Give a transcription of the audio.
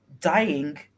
dying